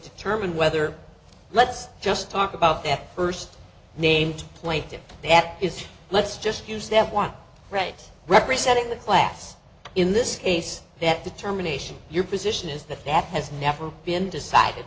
determine whether let's just talk about that first name to play to that is let's just use that one right representing the class in this case that determination your position is that that has never been decided